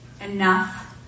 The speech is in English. enough